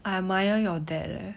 I admire your dad leh